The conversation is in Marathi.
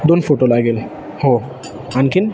दोन फोटो लागेल हो आणखीन